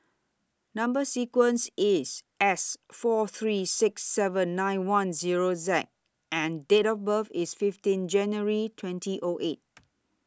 Number sequence IS S four three six seven nine one Zero Z and Date of birth IS fifteen January twenty O eight